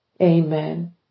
Amen